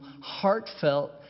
heartfelt